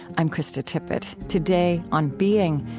i'm krista tippett. today, on being,